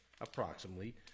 approximately